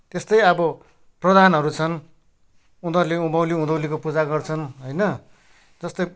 त्यस्तै अब प्रधानहरू छन् उनीहरूले उभौँली उधौँलीको पूजा गर्छन् होइन जस्तै